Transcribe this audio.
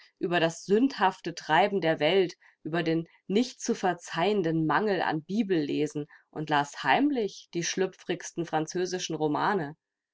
über das sündhafte treiben der welt über den nicht zu verzeihenden mangel an bibellesen und las heimlich die schlüpfrigsten französischen romane